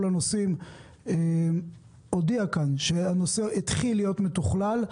הנושאים הודיע כאן שהנושא התחיל להיות מתוכלל.